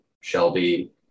Shelby